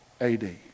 AD